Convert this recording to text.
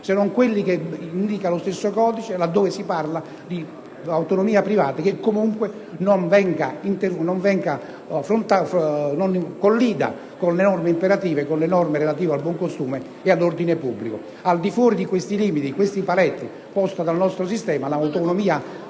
se non quelli che indica lo stesso codice, laddove si parla di autonomia privata che comunque non collida con le norme imperative, con le norme relative all'ordine pubblico e al buon costume. Al di fuori di questi limiti posti dal nostro sistema, l'autonomia